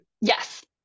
Yes